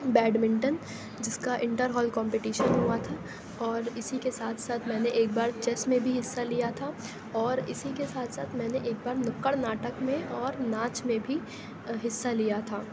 bed منٹن جس کا انٹر ہال کمپٹیشن ہوا تھا اور اسی کے ساتھ ساتھ میں نے ایک بارچیس میں بھی حصہ لیا تھا اور اسی کے ساتھ ساتھ میں نے ایک بار نکڑ ناٹک میں اور ناچ میں بھی حصہ لیا تھا